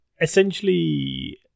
Essentially